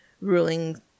ruling